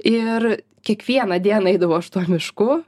ir kiekvieną dieną eidavau aš tuo mišku